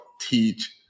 teach